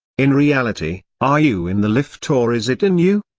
in reality, are you in the lift or is it in you?